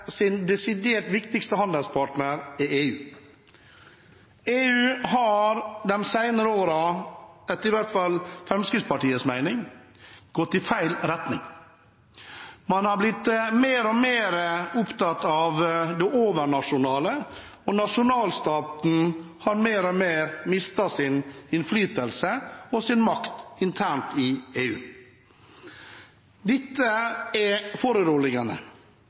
desidert viktigste handelspartner er EU. EU har de senere årene – i hvert fall etter Fremskrittspartiets mening – gått i feil retning. Man har blitt mer og mer opptatt av det overnasjonale, og nasjonalstaten har mer og mer mistet sin innflytelse og sin makt internt i EU. Dette er